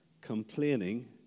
complaining